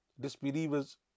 disbelievers